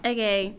Okay